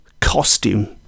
costume